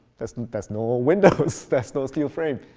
there's there's no ah windows. there's no steel frame.